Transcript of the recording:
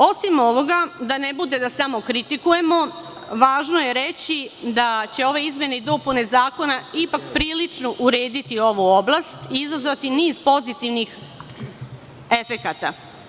Osim ovoga, da ne bude da samo kritikujemo, važno je reći da će ove izmene i dopune Zakona ipak prilično urediti ovu oblast i izazvati niz pozitivnih efekata.